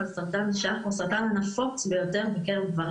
אבל סרטן אשך הוא הסרטן הנפוץ ביותר בקרב גברים